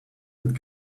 and